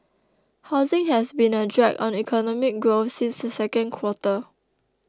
housing has been a drag on economic growth since the second quarter